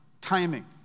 timing